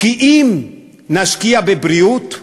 כי אם נשקיע בבריאות,